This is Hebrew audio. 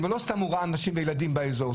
ולא סתם הוא ראה נשים וילדים באזור,